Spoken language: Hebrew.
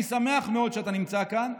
אני שמח מאוד שאתה נמצא כאן,